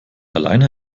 alleine